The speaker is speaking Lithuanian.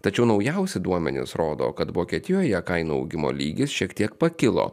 tačiau naujausi duomenys rodo kad vokietijoje kainų augimo lygis šiek tiek pakilo